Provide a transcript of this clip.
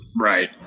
Right